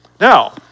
Now